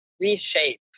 reshape